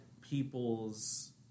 people's